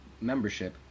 membership